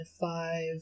five